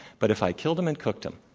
but if i kill them and cooked them,